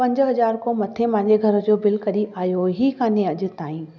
पंज हज़ार खां मथे मुंहिंजे घर जो बिल कढी आहियो ई कोन्हे अॼ ताईं